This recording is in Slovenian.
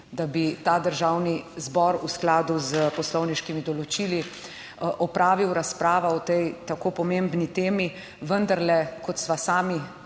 da bi ta državni zbor v skladu s poslovniškimi določili opravil razpravo o tej tako pomembni temi. Vendarle, kot sva sami